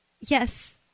yes